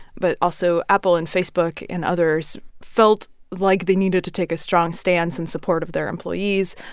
but, also, apple and facebook and others felt like they needed to take a strong stance in support of their employees.